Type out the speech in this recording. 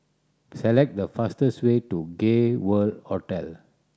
select the fastest way to Gay World Hotel